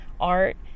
art